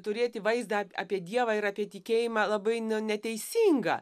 turėti vaizdą apie dievą ir apie tikėjimą labai nu neteisingą